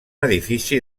edifici